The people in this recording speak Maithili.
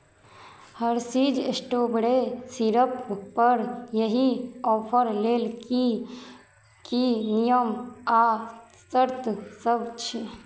हर्षिज स्टोबरी सीरपपर एहि ऑफर लेल की की नियम आ शर्तसभ छै